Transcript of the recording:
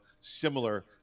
similar